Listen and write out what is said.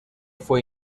fue